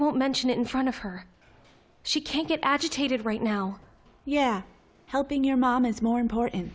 won't mention it in front of her she can get agitated right now yeah helping your mom is more important